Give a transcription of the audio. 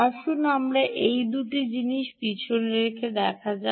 আসুন আমরা এই 2 জিনিস পিছনে রাখা যাক